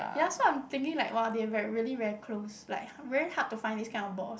ya so I'm thinking like !wah! they like really very close like very hard to find this kind of boss